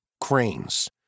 cranes